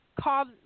called